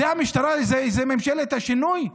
זו ממשלת השינוי?